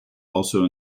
also